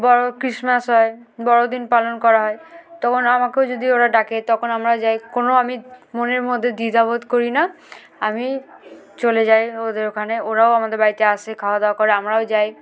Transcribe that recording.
বড়ো ক্রিসমাস হয় বড়দিন পালন করা হয় তখন আমাকেও যদি ওরা ডাকে তখন আমরা যাই কোনো আমি মনের মধ্যে দ্বিধাবোধ করি না আমি চলে যাই ওদের ওখানে ওরাও আমাদের বাড়িতে আসে খাওয়া দাওয়া করে আমরাও যাই